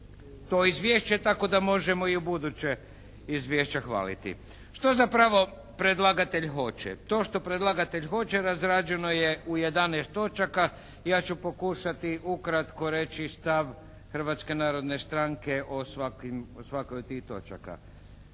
to izvješće, tako da možemo i ubuduće izvješća hvaliti. Što zapravo predlagatelj hoće? To što predlagatelj hoće razrađeno je u 11 točaka. Ja ću pokušati ukratko reći stav Hrvatske narodne stranke o svakoj od tih točaka.